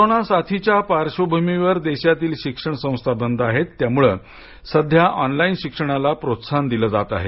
corona साथीच्या पार्श्वभूमीवर देशातील शिक्षण संस्था बंद आहेत त्यामुळ सध्या ऑनलाईन शिक्षणाला प्रोत्साहन दिलं जात आहे